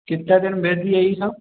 कत्तेक देरमे भेज दियै ई सब